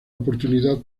oportunidad